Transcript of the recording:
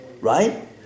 right